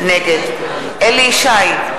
נגד אליהו ישי,